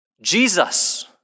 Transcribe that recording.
Jesus